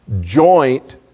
joint